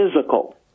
physical